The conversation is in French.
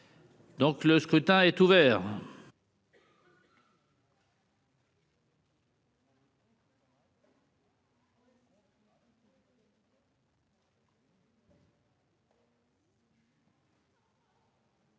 Donc, le scrutin est ouvert.